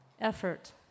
effort